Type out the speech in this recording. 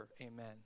Amen